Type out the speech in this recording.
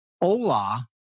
Ola